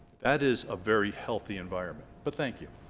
that is a very healthy environment but thank you